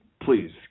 please